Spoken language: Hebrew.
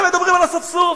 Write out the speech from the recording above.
הם מדברים על אספסוף?